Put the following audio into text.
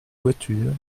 voiture